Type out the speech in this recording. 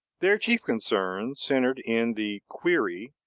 their chief concern centered in the query,